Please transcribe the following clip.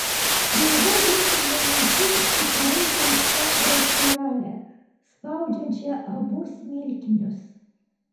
ilga virtinė minčių susiraitė į stangrią spiralę spaudžiančią abu smilkinius